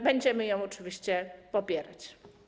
Będziemy ją oczywiście popierać.